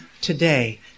today